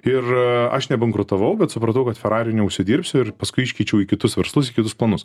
ir aš nebankrutavau bet supratau kad ferari neužsidirbsiu ir paskui iškeičiau į kitus verslus į kitus planus